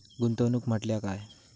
गुंतवणूक म्हटल्या काय?